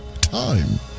time